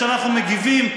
כשאנחנו מגיבים,